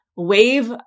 wave